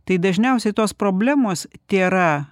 tai dažniausiai tos problemos tėra